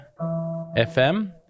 FM